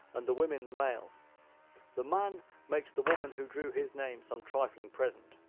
and the women the male the man makes the woman who drew his name some trifling present,